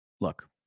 Look